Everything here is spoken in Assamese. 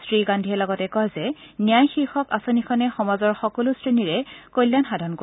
শ্ৰীগান্ধীয়ে লগতে কয় যে ন্যায় শীৰ্ষক আঁচনিখনে সমাজৰ সকলো শ্ৰেণীৰে কল্যাণ সাধন কৰিব